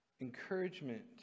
encouragement